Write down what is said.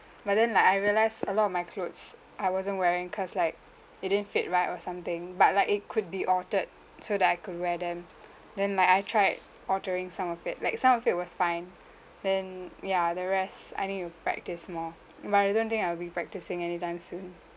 but then like I realized a lot of my clothes I wasn't wearing cause like it didn't fit right or something but like it could be altered so that I could wear them then my I tried altering some of it like some of it was fine then ya the rest I need to practice more but I don't think I'll be practising anytime soon